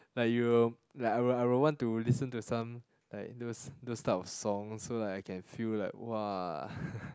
like you will like I will I will want to listen to some like those those type of songs so that I can feel like !wah!